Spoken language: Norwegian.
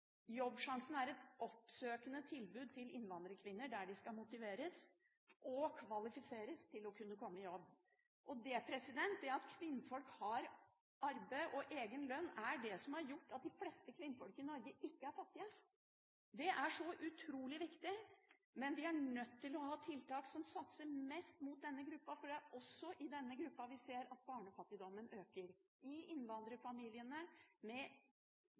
Jobbsjansen. Jobbsjansen er et oppsøkende tilbud til innvandrerkvinner, der de skal motiveres og kvalifiseres til å kunne komme i jobb. Det at kvinner har arbeid og egen lønn, er det som har gjort at de fleste kvinner i Norge ikke er fattige. Det er så utrolig viktig, men vi er nødt til å ha tiltak som satser mest mot denne gruppen, for det er også i denne gruppen vi ser at barnefattigdommen øker. I innvandrerfamilier med